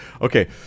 Okay